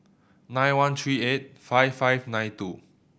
nine one three eight five five two nine